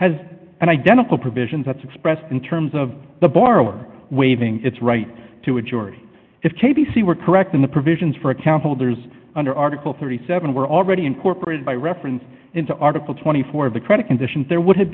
has an identical provisions that's expressed in terms of the borrower waiving its right to a jury if k p c were correct in the provisions for account holders under article thirty seven were already incorporated by reference into article twenty four of the credit conditions there would have